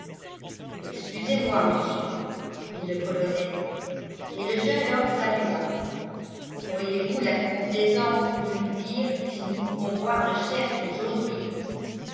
excusez-moi monsieur dit le colonel et le jeune homme salua auriez-vous la complaisance de nous dire si nous pouvons voir le chef aujourd'hui